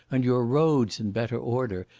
and your roads in better order,